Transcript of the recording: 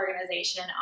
organization